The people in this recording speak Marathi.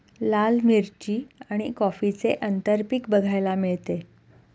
लाल मिरची आणि कॉफीचे आंतरपीक बघायला मिळते